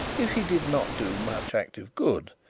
if he did not do much active good,